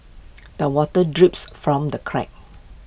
the water drips from the cracks